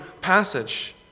passage